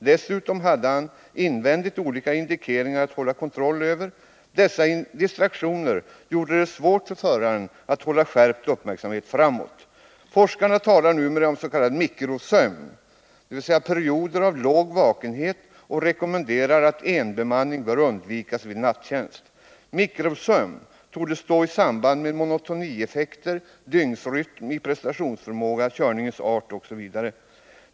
Dessutom hade han invändigt olika indikeringar att hålla kontroll över. Dessa distraktioner gjorde det svårt för föraren att hålla skärpt uppmärksamhet framåt. Forskarna talar numera om s.k. mikrosömn, dvs. perioder av låg vakenhet, och rekommenderar att enbemanning undviks vid nattjänst. Mikrosömn torde stå i samband med monotonieffekter, dygnsrytm i prestationsförmågan, körningens art, osv.